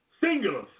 singular